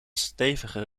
stevige